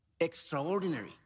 Extraordinary